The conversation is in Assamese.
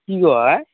কি কয়